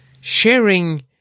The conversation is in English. sharing